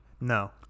No